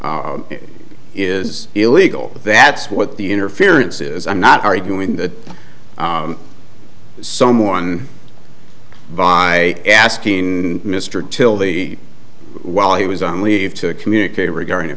way is illegal that's what the interference is i'm not arguing that someone by asking mr till the while he was on leave to communicate regarding